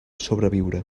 sobreviure